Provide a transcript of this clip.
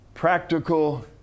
practical